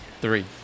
Three